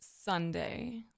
Sunday